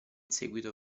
seguito